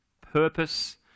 purpose